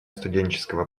студенческого